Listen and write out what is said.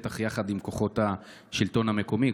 בטח יחד עם כוחות השלטון המקומי,